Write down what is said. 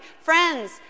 friends